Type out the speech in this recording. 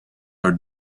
are